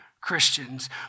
Christians